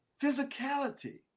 Physicality